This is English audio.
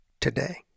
today